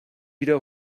wieder